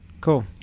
Cool